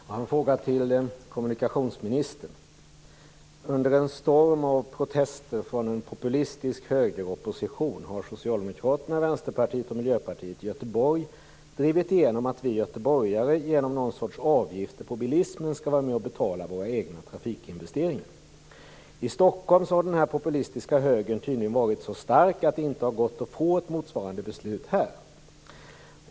Fru talman! Jag har en fråga till kommunikationsministern. Under en storm av protester från en populistisk högeropposition har Socialdemokraterna, Vänsterpartiet och Miljöpartiet i Göteborg drivit igenom att vi göteborgare genom någon sorts avgifter på bilismen skall vara med och betala våra egna trafikinvesteringar. I Stockholm har den här populistiska högern tydligen varit så stark att det inte har gått att få ett motsvarande beslut här.